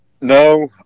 no